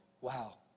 Wow